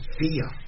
fear